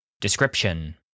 Description